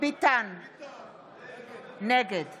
נגד